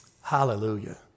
Hallelujah